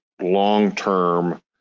long-term